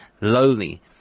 lowly